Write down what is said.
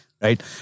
right